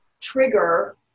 trigger